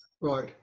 right